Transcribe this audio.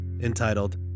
entitled